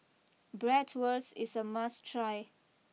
Bratwurst is a must try